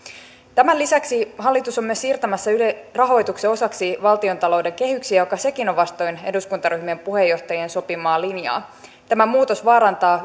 tämän lisäksi hallitus on siirtämässä ylen rahoituksen osaksi valtiontalouden kehyksiä joka sekin on vastoin eduskuntaryhmien puheenjohtajien sopimaa linjaa tämä muutos vaarantaa